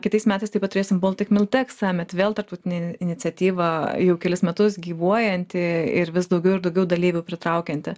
kitais metais taip pat turėsim baltic miltech summit vėl tarptautinę in iniciatyvą jau kelis metus gyvuojanti ir vis daugiau ir daugiau dalyvių pritraukianti